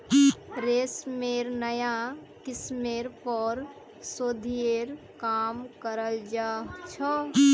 रेशमेर नाया किस्मेर पर शोध्येर काम कराल जा छ